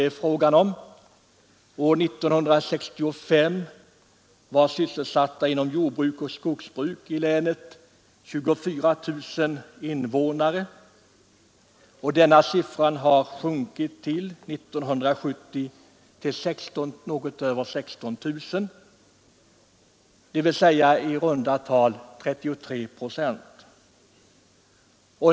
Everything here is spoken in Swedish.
År 1965 sysselsattes inom jordbruk och skogsbruk i länet ca 24 000 personer. Denna siffra hade 1970 sjunkit till något över 16 000, dvs. med i runt tal 33 procent.